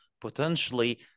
potentially